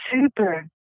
Super